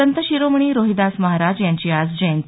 संत शिरोमणी रोहिदास महाराज यांची आज जंयती